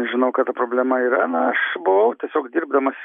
žinau kad ta problema yra na aš buvau tiesiog dirbdamas